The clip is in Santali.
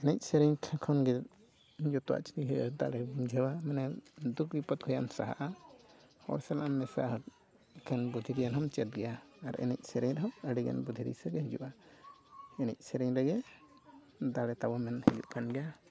ᱮᱱᱮᱡ ᱥᱮᱨᱮᱧ ᱠᱷᱚᱱᱜᱮ ᱡᱚᱛᱚᱣᱟᱜ ᱩᱭᱦᱟᱹᱨ ᱫᱟᱲᱮᱢ ᱵᱩᱡᱷᱟᱹᱣᱟ ᱢᱟᱱᱮ ᱫᱩᱠ ᱵᱤᱯᱚᱫ ᱠᱷᱚᱡ ᱮᱢ ᱥᱟᱦᱟᱜᱼᱟ ᱦᱚᱲ ᱥᱟᱞᱟᱜ ᱮᱢ ᱢᱮᱥᱟᱜᱼᱟ ᱮᱱᱠᱷᱟᱱ ᱵᱩᱫᱷᱤ ᱜᱮᱭᱟᱱ ᱦᱚᱢ ᱪᱮᱫ ᱜᱮᱭᱟ ᱟᱨ ᱮᱱᱮᱡ ᱥᱮᱨᱮᱧ ᱨᱮᱦᱚᱸ ᱟᱹᱰᱤᱜᱟᱱ ᱵᱩᱫᱽᱫᱷᱤ ᱫᱤᱥᱟᱹ ᱜᱮ ᱦᱤᱡᱩᱜᱼᱟ ᱮᱱᱮᱡ ᱥᱮᱨᱮᱧ ᱨᱮᱜᱮ ᱫᱟᱲᱮ ᱛᱟᱵᱚᱱ ᱦᱩᱭᱩᱜ ᱠᱟᱱ ᱜᱮᱭᱟ